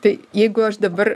tai jeigu aš dabar